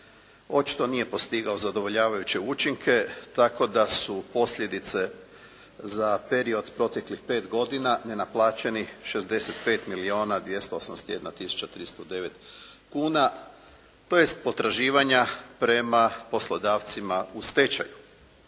očito nije postigao zadovoljavajuće učinke, tako da su posljedice za period proteklih 5 godina ne naplaćenih 65 milijuna 281 tisuća 309 kina, tj. potraživanja prema poslodavcima u stečaju.